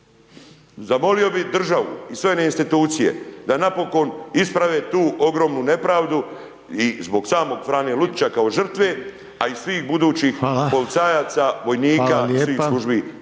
Zamolio bih državu i sve njene institucije da napokon isprave tu ogromnu nepravdu i zbog samog Frane Lucića kao žrtve, a i svih budućih .../Upadica: Hvala./...